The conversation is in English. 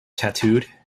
tattooed